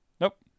Nope